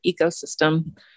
ecosystem